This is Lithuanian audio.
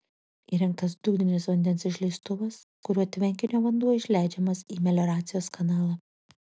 įrengtas dugninis vandens išleistuvas kuriuo tvenkinio vanduo išleidžiamas į melioracijos kanalą